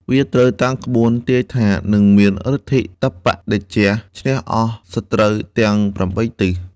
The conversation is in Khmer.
វាត្រូវតាមក្បួន ទាយថា នឹងមានឫទ្ធតបៈតេជះឈ្នះអស់សត្រូវទាំង ៨ ទិស "